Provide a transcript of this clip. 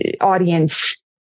audience